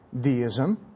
deism